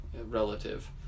relative